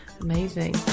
Amazing